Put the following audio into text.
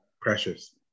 Precious